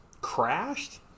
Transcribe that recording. Crashed